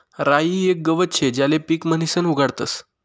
राई येक गवत शे ज्याले पीक म्हणीसन उगाडतस